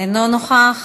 אינו נוכח,